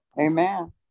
Amen